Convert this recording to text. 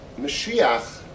Mashiach